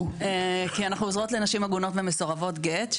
כי אנחנו עוזרות לנשים עגונות ומסורבות גט.